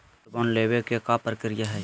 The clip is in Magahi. गोल्ड बॉन्ड लेवे के का प्रक्रिया हई?